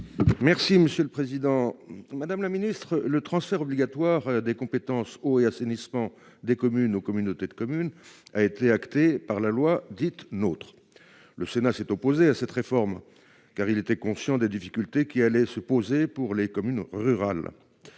Merci, monsieur le Président Madame la Ministre le transfert obligatoire des compétences eau et assainissement des communes aux communautés de communes a été acté par la loi dite notre le Sénat s'est opposé à cette réforme car il était conscient des difficultés qu'il allait se poser pour les communes rurales.